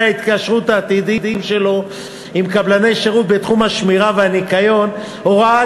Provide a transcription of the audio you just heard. ההתקשרות העתידיים שלו עם קבלני שירות בתחום השמירה והניקיון הוראה